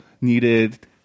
needed